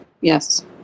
yes